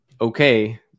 Okay